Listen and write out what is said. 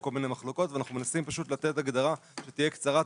כל מיני מחלוקות ואנחנו מנסים לתת הגדרה שתהיה קצרה,